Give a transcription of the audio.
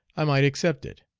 i might accept it.